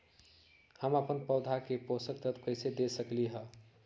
हम अपन पौधा के पोषक तत्व कैसे दे सकली ह?